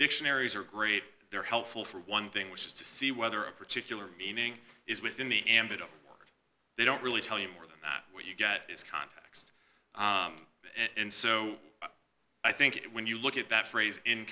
dictionaries are great they're helpful for one thing which is to see whether a particular meaning is within the ambit of they don't really tell you more than what you get is context and so i think it when you look at that phrase in